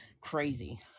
crazy